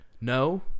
No